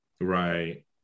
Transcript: right